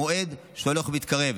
מועד שהולך ומתקרב.